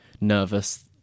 nervous